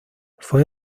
fue